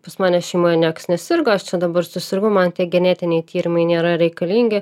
pas mane šeimoje nieks nesirgo aš čia dabar susirgau man tie genetiniai tyrimai nėra reikalingi